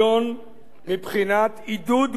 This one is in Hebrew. מבחינת עידוד גורמים שונים